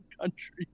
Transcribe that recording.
country